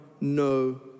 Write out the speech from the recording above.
no